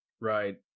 right